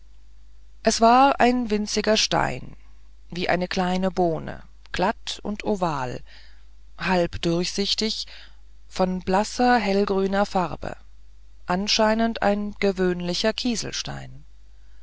es war ein winziger stein wie eine kleine bohne glatt und oval halb durchsichtig von blasser gelbgrüner farbe anscheinend ein gewöhnlicher kieselstein